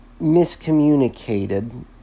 miscommunicated